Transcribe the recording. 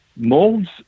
molds